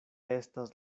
estas